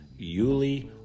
Yuli